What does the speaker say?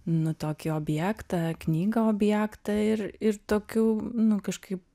nu tokį objektą knygą objektą ir ir tokių nu kažkaip